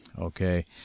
okay